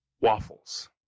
Waffles